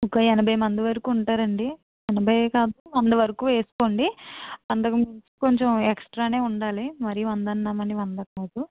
ఒక ఎనభై మంది వరకు ఉంటారు అండి ఎనభై కాదు వంద వరకు వేసుకోండి అంతకు మించి కొంచెం ఎక్స్ట్రా ఉండాలి మరి వంద అన్నామని వంద కాదు